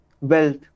wealth